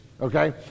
Okay